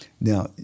now